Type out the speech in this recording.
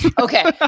Okay